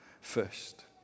first